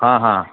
हां हां